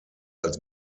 als